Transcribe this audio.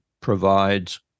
provides